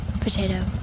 potato